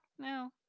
no